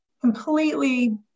completely